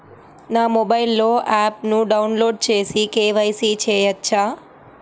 నా మొబైల్లో ఆప్ను డౌన్లోడ్ చేసి కే.వై.సి చేయచ్చా?